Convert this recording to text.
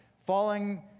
falling